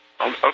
Okay